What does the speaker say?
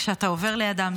כשאתה עובר לידם,